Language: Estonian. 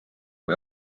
kui